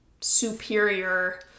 superior